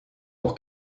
nog